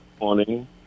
morning